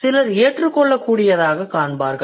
சிலர் இதை ஏற்றுக்கொள்ளக்கூடியதாகக் காண்பார்கள்